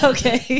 Okay